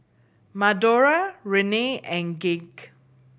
Madora Renea and Gage